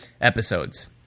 episodes